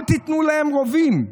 אל תיתנו להם רובים,